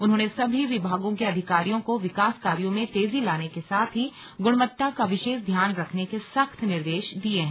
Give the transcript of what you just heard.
उन्होंने सभी विभागों के अधिकारियों को विकास कार्यो में तेजी लाने के साथ ही गुणवत्ता का विशेष ध्यान रखने के सख्त निर्देश दिये हैं